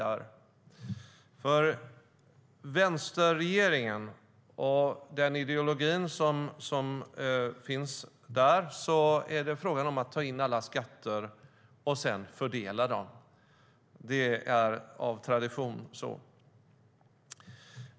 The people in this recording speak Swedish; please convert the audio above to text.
För vänsterregeringen och den ideologi som finns där är det frågan om att ta in alla skatter och sedan fördela dem. Det är av tradition så.